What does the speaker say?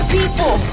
people